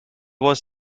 was